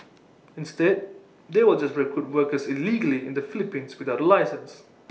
instead they will just recruit workers illegally in the Philippines without A licence